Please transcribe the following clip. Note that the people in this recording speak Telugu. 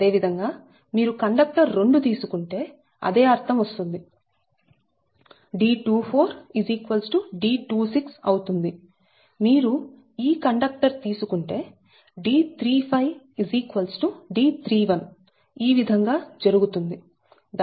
అదే విధంగా మీరు కండక్టర్ 2 తీసుకుంటే అదే అర్థం వస్తుంది D24 D26 అవుతుంది మీరు ఈ కండక్టర్ తీసుకుంటే D35 D31 ఈ విధంగా జరుగుతుంది